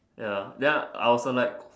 ya then I also like